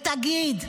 ותגיד: